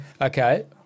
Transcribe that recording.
Okay